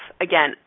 again